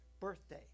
birthday